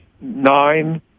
nine